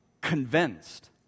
convinced